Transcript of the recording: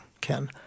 Ken